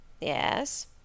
Yes